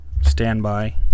Standby